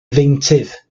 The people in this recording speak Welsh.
ddeintydd